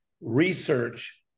research